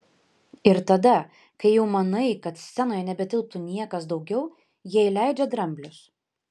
ir tada kai jau manai kad scenoje nebetilptų niekas daugiau jie įleidžia dramblius